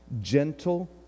gentle